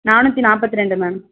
நானூற்றி நாற்பத்தி ரெண்டு மேம்